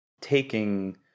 taking